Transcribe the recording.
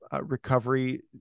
recovery